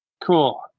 Cool